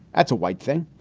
that's a white thing.